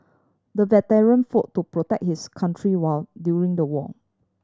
the veteran fought to protect his country war during the war